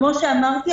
כפי שאמרתי,